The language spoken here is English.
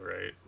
right